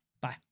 Bye